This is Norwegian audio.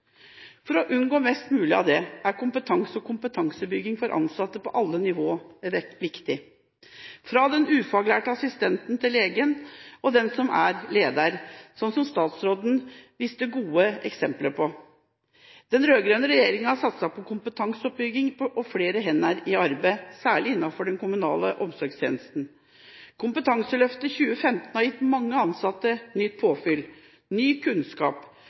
For å unngå mest mulig av dette er kompetanse og kompetansebygging for ansatte på alle nivåer viktig, fra den ufaglærte assistenten til legen og den som er leder – slik statsråden viste gode eksempler på. Den rød-grønne regjeringen har satset på kompetanseoppbygging og flere hender i arbeid, særlig innenfor de kommunale omsorgstjenestene. Kompetanseløftet 2015 har gitt mange ansatte nytt påfyll, ny kunnskap.